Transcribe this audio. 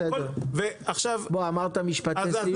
בסדר גמור, אמרת משפט לסיום.